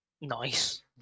Nice